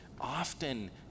Often